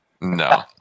No